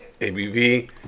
ABV